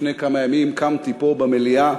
לפני כמה ימים קמתי פה במליאה